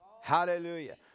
Hallelujah